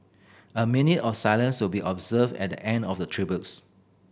a minute of silence will be observed at the end of the tributes